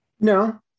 No